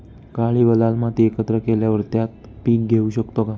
काळी व लाल माती एकत्र केल्यावर त्यात पीक घेऊ शकतो का?